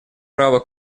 право